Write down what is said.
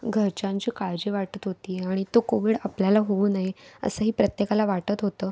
घरच्यांची काळजी वाटत होती आणि तो कोविड आपल्याला होऊ नये असंही प्रत्येकाला वाटत होतं